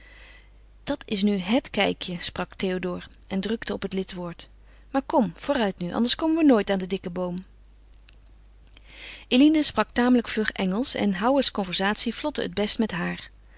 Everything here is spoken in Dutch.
dat is nu hèt kijkje sprak théodore en drukte op het lidwoord maar kom vooruit nu anders komen we nooit aan den dikken boom eline sprak tamelijk vlug engelsch en howards conversatie vlotte het best met haar